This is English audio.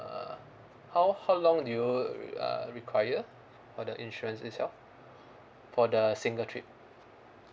uh how how long do you uh require for the insurance itself for the single trip